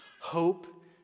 Hope